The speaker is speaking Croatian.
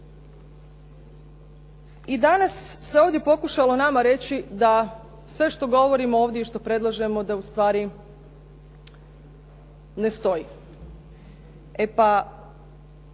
I danas se ovdje pokušalo nama reći da sve što govorimo ovdje i što predlažemo da ustvari ne stoji. E pa,